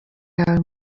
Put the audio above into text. yawe